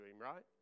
right